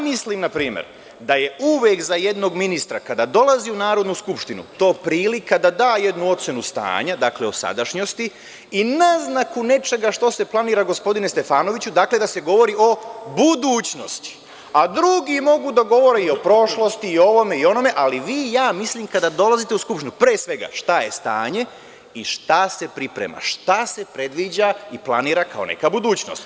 Mislim na primer da je uvek za jednog ministra kada dolazi u Narodnu skupštinu to prilika da da jednu ocenu stanja, dakle, o sadašnjosti i naznaku nečega što se planira gospodine Stefanoviću da se govori o budućnosti, a drugi mogu da govore i o prošlosti i o ovome i o onome, ali vi, mislim, kada dolazite u Skupštinu, pre svega šta je stanje i šta se priprema, šta se predviđa i planira kao neka budućnost.